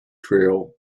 trail